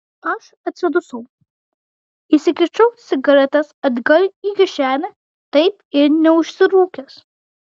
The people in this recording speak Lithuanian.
aš atsidusau įsikišau cigaretes atgal į kišenę taip ir neužsirūkęs